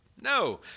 No